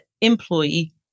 employee